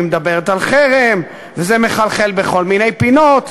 מדברת על חרם וזה מחלחל בכל מיני פינות,